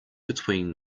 between